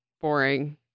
boring